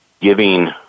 giving –